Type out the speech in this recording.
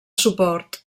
suport